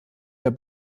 der